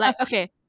okay